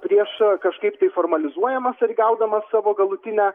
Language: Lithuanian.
prieš kažkaip tai formalizuojamas ar įgaudamas savo galutinę